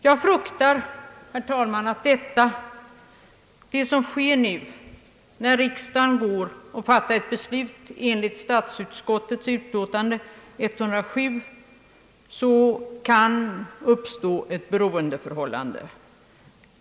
Jag fruktar, herr talman, att när riks dagen går att fatta beslut enligt statsutskottets utlåtande nr 107 kan det uppstå ett beroendeförhållande.